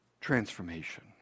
transformation